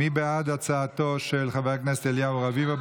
מי בעד הצעתו של חבר הכנסת אליהו רביבו,